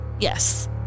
Yes